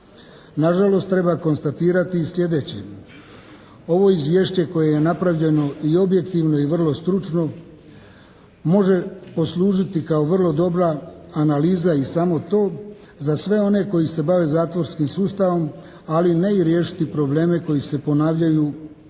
Nažalost treba konstatirati i sljedeće. Ovo izvješće koje je napravljeno i objektivno i vrlo stručno može poslužiti kao vrlo dobra analiza i samo to za sve one koji se bave zatvorskim sustavom, ali ne i riješiti probleme koji se ponavljaju iz